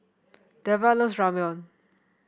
Dellar loves Ramyeon